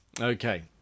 okay